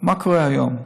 מה קורה היום?